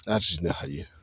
आरजिनो हायो